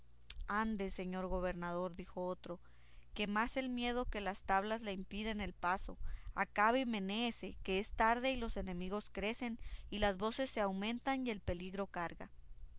ande señor gobernador dijo otro que más el miedo que las tablas le impiden el paso acabe y menéese que es tarde y los enemigos crecen y las voces se aumentan y el peligro carga